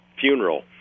funeral